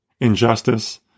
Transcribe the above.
injustice